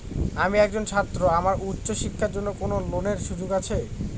আমি একজন ছাত্র আমার উচ্চ শিক্ষার জন্য কোন ঋণের সুযোগ আছে?